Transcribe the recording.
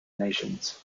nations